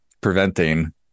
preventing